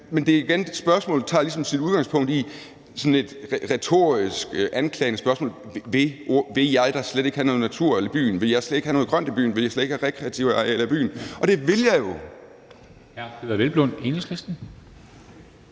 Men igen tager man ligesom sit udgangspunkt i sådan et retorisk anklagende spørgsmål: Vil jeg da slet ikke have noget natur i byen, vil jeg slet ikke have noget grønt i byen, vil jeg slet ikke have rekreative arealer i byen? Og det vil jeg jo!